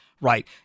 right